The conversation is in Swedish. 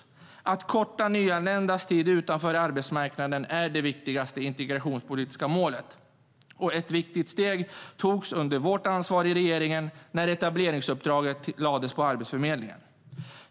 Att förkorta nyanländas tid utanför arbetsmarknaden är det viktigaste integrationspolitiska målet. Ett viktigt steg togs under vårt ansvar i regeringen när etableringsuppdraget lades på Arbetsförmedlingen.